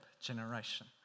generation